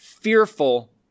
fearful